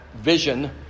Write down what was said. vision